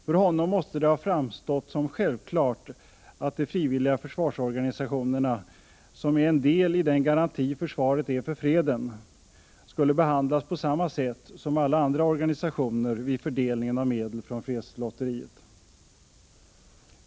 För honom måste det ha framstått som självklart att de frivilliga försvarsorganisationerna, som är en del i den garanti försvaret är för freden, skulle behandlas på samma sätt som alla andra organisationer vid fördelningen av medel från fredslotteriet.